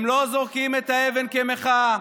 הם לא זורקים את האבן כמחאה,